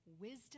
wisdom